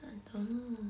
I don't know